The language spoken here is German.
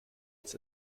als